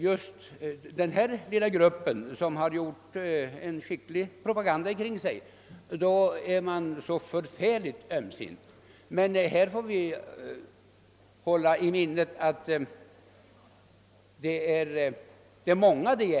Vi skall hålla i minnet att det är många människor som berörs av denna fråga.